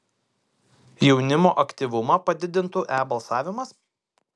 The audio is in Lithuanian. jaunimo aktyvumą padidintų e balsavimas